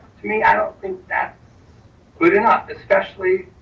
to me, i don't think that's good enough. especially